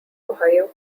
ohio